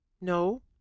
No